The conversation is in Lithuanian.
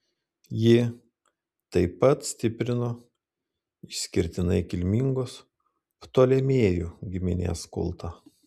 ji taip pat stiprino išskirtinai kilmingos ptolemėjų giminės kultą